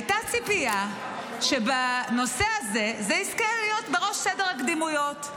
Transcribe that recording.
הייתה ציפייה שהנושא הזה יזכה להיות בראש סדר הקדימויות.